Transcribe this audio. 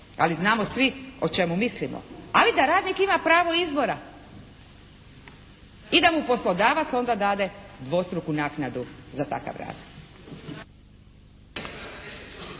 ali znamo svi o čemu mislimo, ali da radnik ima pravo izbora i da mu poslodavac onda dade dvostruku naknadu za takav rad.